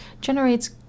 generates